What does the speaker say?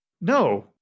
No